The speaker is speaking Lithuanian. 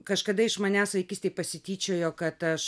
kažkada iš manęs vaikystėj pasityčiojo kad aš